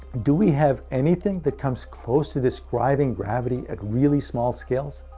do we have anything that comes close to describing gravity at really small scales?